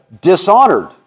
dishonored